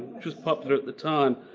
which was popular at the time.